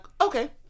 okay